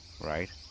Right